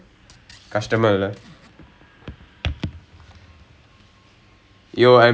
dey எனக்கே தெரியலே:enakke theriyalae dah நான் எப்படி பண்றேன்ட்டு:naan eppadi pandrenttu I'm just